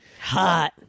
Hot